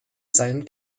seinen